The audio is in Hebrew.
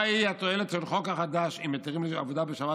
מהי התועלת של החוק החדש אם היתרים לעבודה בשבת